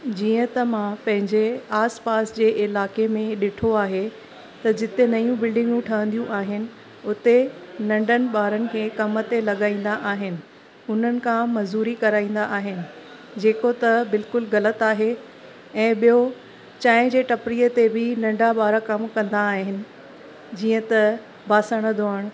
जीअं त मां पंहिंजे आस पास जे इलाके में ॾिठो आहे त जिते नयूं बिल्डिंगियूं ठहंदियूं आहिनि उते नंढनि ॿारनि खे कम ते लॻाईंदा आहिनि हुननि खां मज़ूरी कराईंदा आहिनि जेको त बिल्कुलु ग़लति आहे ऐं ॿियो चांहि जे टपरीअ ते बि नंढा ॿार कमु कंदा आहिनि जीअं त ॿासण धोअणु